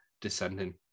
descending